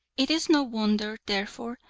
it is no wonder, therefore,